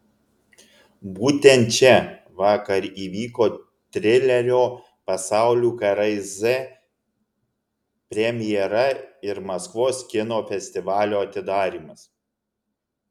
būtent čia vakar įvyko trilerio pasaulių karai z premjera ir maskvos kino festivalio atidarymas